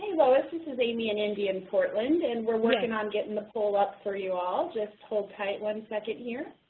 lois, this is amy and indy in portland, and we're working on getting the poll up for you all. just hold tight for one second here.